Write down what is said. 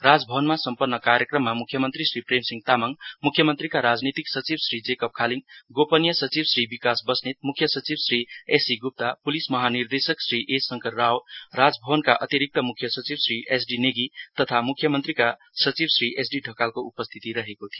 राज भवनमा सम्पन्न कार्यक्रममा मुख्यमन्त्रीका राजनीतिक सचिव श्री जेकब खालीङ गोपनीय सचिव श्री विकास बस्नेत मुख्य सचिव श्री एससी गुप्ता पुलिस महानिर्देशक श्री ए शंकर राबराजभवनका अतिरिक्त मुख्य सचिव श्री एस डी नेगी तथा मुख्यममन्त्रीका सचिव श्री एस डी ढकालको उपस्थिति थियो